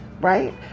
right